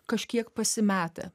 kažkiek pasimetę